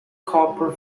copper